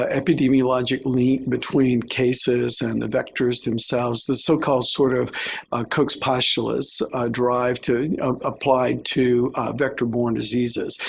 ah epidemiologic link between cases and the vectors themselves, the so-called sort of koch's postulates drive to apply to vector-borne diseases.